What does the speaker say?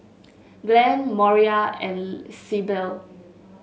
Glenn Moira and Syble